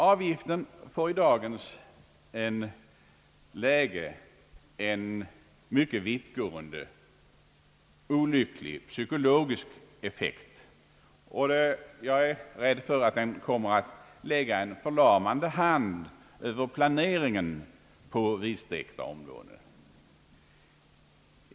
Avgiften får i dagens läge en mycket vittgående och olycklig psykologisk effekt, och jag är rädd för att den kommer att lägga en förlamande hand över planeringen på vidsträckta områden.